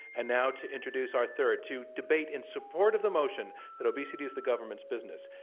and now to introduce our third. to debate in support of the motion that obesity is the government's business,